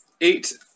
eight